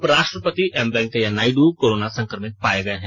उप राष्ट्रपति M Venkaiah Naidu corona संक्रमित पाये गये हैं